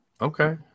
okay